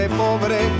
pobre